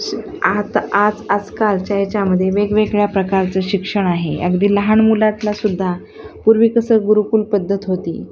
श आता आज आजकालच्या याच्यामध्ये वेगवेगळ्या प्रकारचं शिक्षण आहे अगदी लहान मुलातला सुद्धा पूर्वी कसं गुरुकुल पद्धत होती